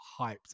hyped